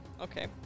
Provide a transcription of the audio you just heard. okay